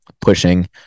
pushing